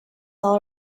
all